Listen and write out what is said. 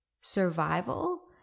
survival